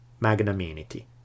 magnanimity